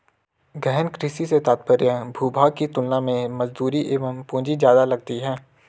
गहन कृषि से तात्पर्य भूभाग की तुलना में मजदूरी एवं पूंजी ज्यादा लगती है